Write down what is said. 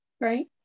Right